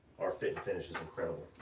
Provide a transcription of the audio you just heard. our fit and finish is incredible.